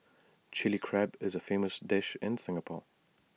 Chilli Crab is A famous dish in Singapore